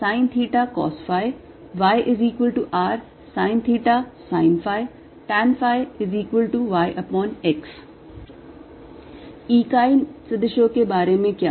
xrsinθcosϕ yrsinθsinϕ tanϕyx इकाई सदिशो के बारे में क्या